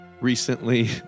Recently